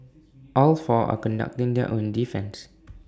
all four are conducting their own defence